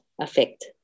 affect